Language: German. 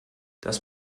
das